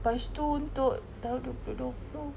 lepas itu untuk tahun dua puluh dua puluh